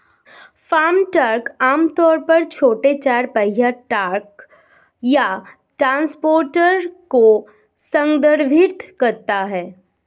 farm truck आम तौर पर छोटे चार पहिया ट्रक या ट्रांसपोर्टर को संदर्भित करता है